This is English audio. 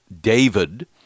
David